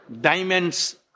diamonds